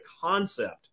concept